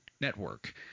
network